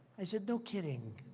i said, no kidding.